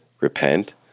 Repent